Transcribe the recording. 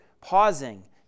pausing